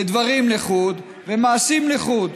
דברים לחוד ומעשים לחוד.